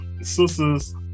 sisters